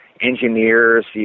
engineers